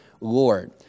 Lord